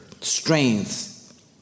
strength